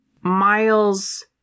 Miles